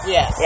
Yes